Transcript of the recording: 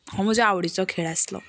हो म्हजो आवडीचो खेळ आसलो